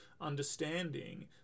understanding